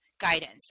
guidance